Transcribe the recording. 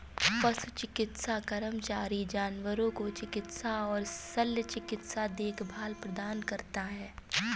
पशु चिकित्सा कर्मचारी जानवरों को चिकित्सा और शल्य चिकित्सा देखभाल प्रदान करता है